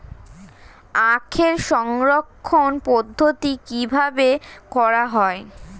আখের সংরক্ষণ পদ্ধতি কিভাবে করা হয়?